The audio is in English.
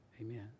Amen